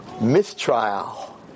mistrial